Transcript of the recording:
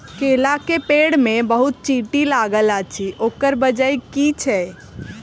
केला केँ पेड़ मे बहुत चींटी लागल अछि, ओकर बजय की छै?